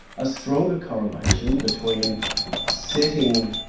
a stronger correlation between setting,